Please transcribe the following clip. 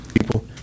people